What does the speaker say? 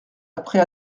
après